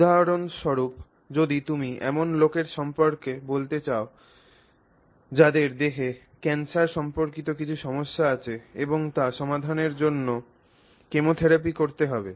উদাহরণস্বরূপ যদি তুমি এমন লোকদের সম্পর্কে বলতে চাও যাদের দেহে ক্যান্সার সম্পর্কিত কিছু সমস্যা আছে এবং তা সমাধানের জন্য কেমোথেরাপি করতে হবে